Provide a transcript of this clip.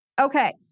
Okay